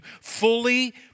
Fully